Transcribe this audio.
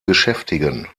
beschäftigen